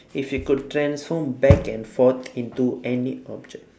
if you could transform back and forth into any object